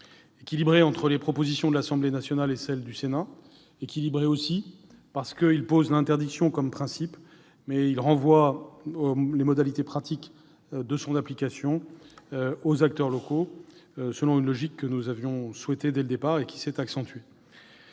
équilibré entre les propositions de l'Assemblée nationale et celles du Sénat. Il est aussi équilibré en ce qu'il pose l'interdiction comme principe, mais renvoie les modalités pratiques de son application aux acteurs locaux, selon une logique que nous avions souhaité suivre dès le départ et qui s'est accentuée.